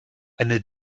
eine